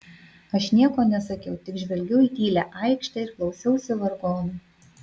aš nieko nesakiau tik žvelgiau į tylią aikštę ir klausiausi vargonų